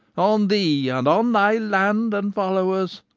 on thee and on thy land and followers!